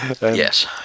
Yes